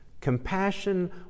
compassion